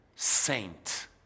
Saint